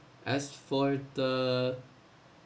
as for the uh